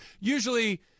usually